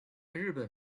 日本